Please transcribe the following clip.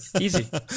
easy